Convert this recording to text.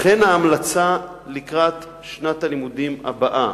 לכן, ההמלצה לקראת שנת הלימודים הבאה,